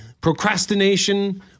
procrastination